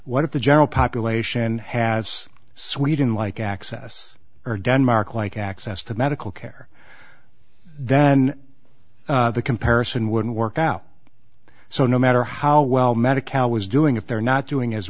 what if the general population has sweden like access or denmark like access to medical care then the comparison wouldn't work out so no matter how well medicare was doing if they're not doing as